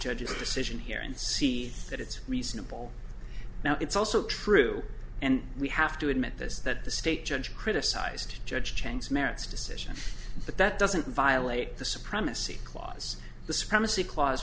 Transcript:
decision here and see that it's reasonable now it's also true and we have to admit this that the state judge criticized judge chang's merits decision but that doesn't violate the supremacy clause the supremacy cla